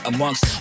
Amongst